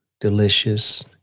delicious